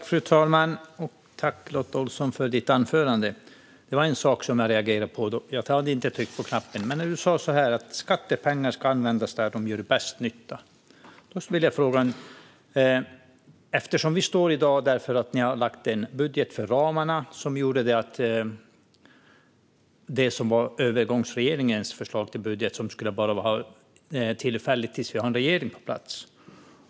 Fru talman! Tack för ditt anförande, Lotta Olsson! Det var en sak jag reagerade på. Jag tryckte inte på knappen för att begära replik förrän du sa att skattepengar ska användas där de gör bäst nytta. Jag vill fråga om det. Vi står här i dag eftersom ni fick igenom en budget för ramarna i stället för övergångsregeringens förslag till budget, som bara skulle vara tillfällig tills vi har en regering på plats.